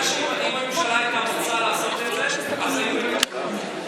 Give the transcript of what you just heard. אם הממשלה הייתה רוצה לעשות את זה אז היו מדברים על